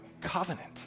covenant